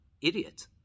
idiot